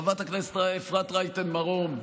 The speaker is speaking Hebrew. חברת הכנסת אפרת רייטן מרום,